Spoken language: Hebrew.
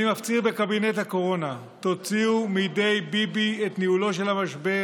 אני מפציר בקבינט הקורונה: תוציאו מידי ביבי את ניהולו של המשבר